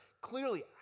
clearly